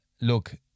Look